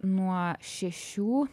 nuo šešių